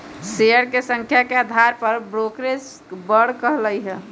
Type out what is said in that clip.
share के संख्या के अधार पर ब्रोकरेज बड़ सकलई ह